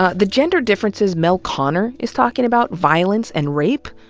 ah the gender differences mel konner is talking about, violence and rape,